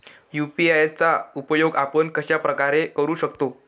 UPI चा उपयोग आपण कशाप्रकारे करु शकतो?